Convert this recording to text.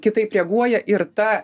kitaip reaguoja ir ta